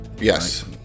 yes